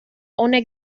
ohne